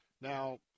Now